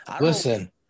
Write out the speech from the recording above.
Listen –